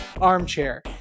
armchair